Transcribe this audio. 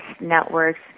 networks